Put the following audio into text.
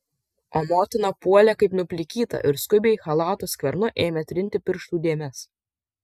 o motina puolė kaip nuplikyta ir skubiai chalato skvernu ėmė trinti pirštų dėmes